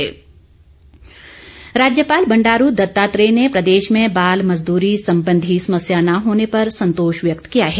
राज्यपाल राज्यपाल बंडारू दत्तात्रेय ने प्रदेश में बाल मज़दूरी संबंधी समस्या न होने पर संतोष व्यक्त किया है